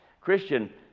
Christian